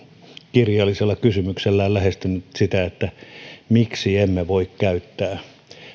kirjallisella kysymyksellään lähestynyt sitä että miksi emme voi käyttää